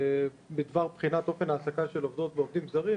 בדבר בחינת אופן העסקת עובדות ועובדים זרים,